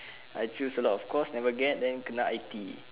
I choose a lot of course never get then kena I_T_E